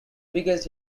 biggest